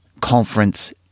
Conference